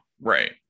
Right